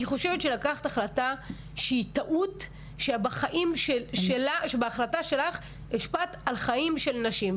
אני חושבת שלקחת החלטה שהיא טעות ובהחלטה שלך השפעת על חיים של נשים.